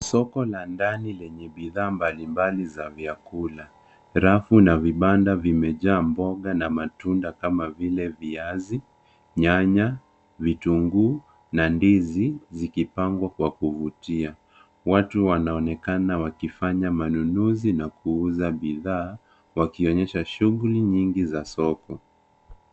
Soko la ndani lenye bidhaa mbalimbali za vyakula. Rafu na vibanda vimejaa mboga na matunda kama vile viazi, nyanya, vitunguu na ndizi zikipangwa kwa kuvutia. Watu wanaonekana wakifanya manunuzi na kuuza bidhaa wakionyesha shughuli nyingi za soko.